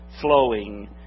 flowing